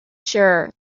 sure